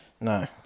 No